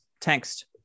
text